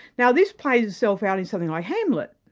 now this plays itself out in something like hamlet.